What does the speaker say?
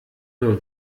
nur